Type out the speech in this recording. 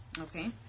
Okay